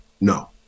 No